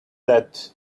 death